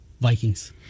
Vikings